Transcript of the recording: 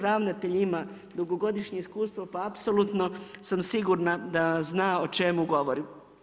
Ravnatelj ima dugogodišnje iskustvo pa apsolutno sam sigurna da zna o čemu govorim.